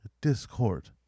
Discord